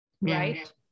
right